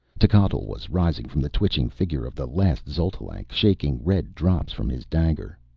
techotl was rising from the twitching figure of the last xotalanc, shaking red drops from his dagger.